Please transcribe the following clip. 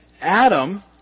Adam